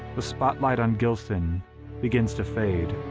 the spotlight on gilson begins to fade.